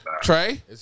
Trey